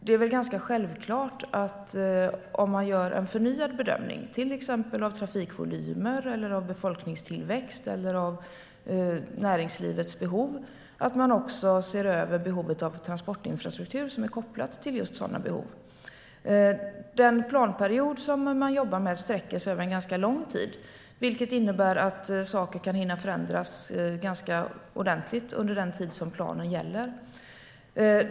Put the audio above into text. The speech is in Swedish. Det är ganska självklart att man om man gör en förnyad bedömning - till exempel av trafikvolymer, befolkningstillväxt eller av näringslivets behov - också ser över behovet av transportinfrastruktur som är kopplat till just sådana behov. Den planperiod som man jobbar med sträcker sig över en ganska lång tid. Det innebär att saker kan hinna förändras ganska ordentligt under den tid som planen gäller.